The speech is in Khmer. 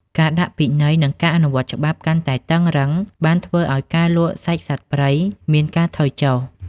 ការដាក់ពិន័យ និងការអនុវត្តច្បាប់កាន់តែតឹងរ៉ឹងបានធ្វើឱ្យការលក់សាច់សត្វព្រៃមានការថយចុះ។